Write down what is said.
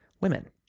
women